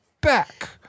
back